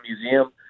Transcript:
museum